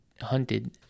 hunted